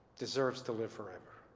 deserves to live forever.